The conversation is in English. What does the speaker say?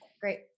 great